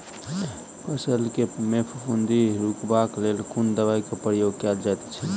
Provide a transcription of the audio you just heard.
फसल मे फफूंदी रुकबाक लेल कुन दवाई केँ प्रयोग कैल जाइत अछि?